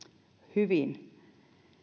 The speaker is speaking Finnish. hyvin